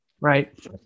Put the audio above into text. right